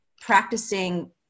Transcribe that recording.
practicing